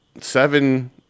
seven